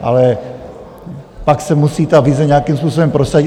Ale pak se musí ta vize nějakým způsobem prosadit.